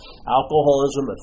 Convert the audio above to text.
Alcoholism